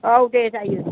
औ दे जायो